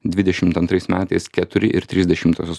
dvidešimt antrais metais keturi ir trys dešimtosios